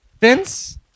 Vince